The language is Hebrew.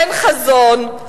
אין חזון,